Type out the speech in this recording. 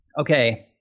Okay